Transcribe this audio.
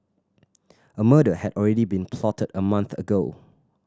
a murder had already been plotted a month ago